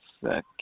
second